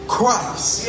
Christ